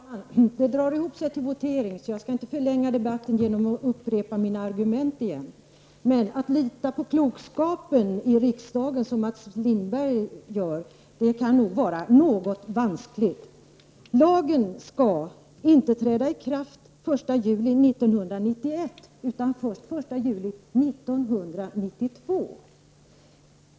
Herr talman! Det drar ihop sig till votering, så jag skall inte förlänga debatten genom att upprepa mina argument. Men att lita på klokskapen i riksdagen, som Mats Lindberg gör, kan nog vara något vanskligt. Lagen skall inte träda i kraft den 1 juli 1991 utan först den 1 juli 1992.